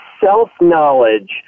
self-knowledge